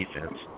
defense